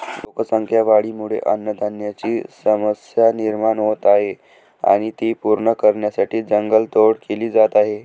लोकसंख्या वाढीमुळे अन्नधान्याची समस्या निर्माण होत आहे आणि ती पूर्ण करण्यासाठी जंगल तोड केली जात आहे